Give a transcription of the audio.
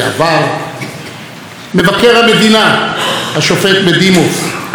מבקר המדינה השופט בדימוס יוסף שפירא,